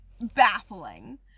baffling